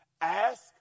Ask